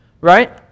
Right